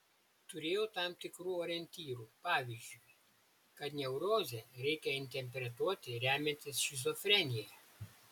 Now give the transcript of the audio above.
turėjau tam tikrų orientyrų pavyzdžiui kad neurozę reikia interpretuoti remiantis šizofrenija